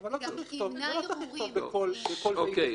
לא צריך לכתוב בכל סעיף